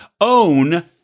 Own